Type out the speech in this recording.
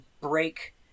break